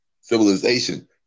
civilization